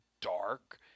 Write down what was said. dark